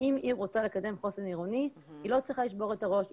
אם עיר רוצה לקדם חוסן עירוני היא לא צריכה לשבור את הראש,